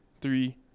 three